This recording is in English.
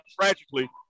tragically